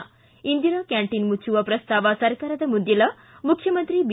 ಿ ಇಂದಿರಾ ಕ್ನಾಂಟೀನ್ ಮುಚ್ಚುವ ಪ್ರಸ್ತಾವ ಸರ್ಕಾರದ ಮುಂದಿಲ್ಲ ಮುಖ್ಚುಮಂತ್ರಿ ಬಿ